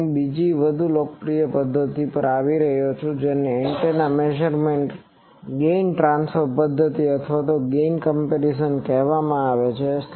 હવે હું બીજી વધુ લોકપ્રિય પદ્ધતિ પર આવ્યો છું જેને એન્ટેના મેઝરમેન્ટની ગેઇન ટ્રાન્સફર પદ્ધતિ અથવા ગેઇન કમ્પેરીઝન કહેવામાં આવે છે